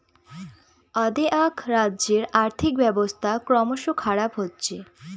অ্দেআক রাজ্যের আর্থিক ব্যবস্থা ক্রমস খারাপ হচ্ছে